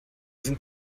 sind